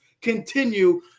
continue